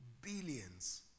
billions